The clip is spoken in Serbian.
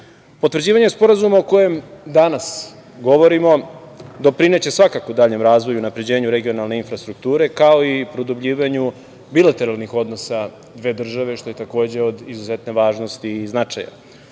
početku. Potvrđivanje Sporazuma o kojem danas govorimo doprineće svakako, daljem razvoju i unapređenju regionalne infrastrukture, kao i produbljivanju bilateralnih odnosa dve države, što je takođe, od izuzetne važnosti i značaja.